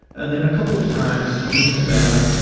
and then a couple of times, being in atlanta,